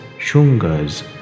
Shungas